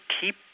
keep